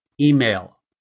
email